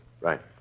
Right